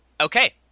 Okay